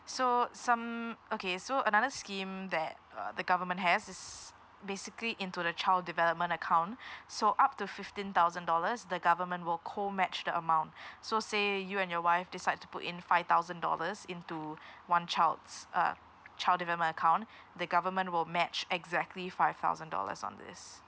so some okay so another scheme that uh the government has is basically into the child development account so up to fifteen thousand dollars the government will co match the amount so say you and your wife decides to put in five thousand dollars into one child's uh child development account the government will match exactly five thousand dollars on this